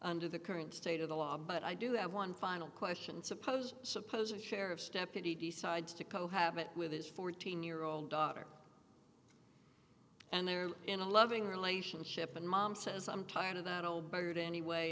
under the current state of the law but i do have one final question suppose suppose a sheriff's deputy decides to co habit with his fourteen year old daughter and they're in a loving relationship and mom says i'm tired of that old battered anyway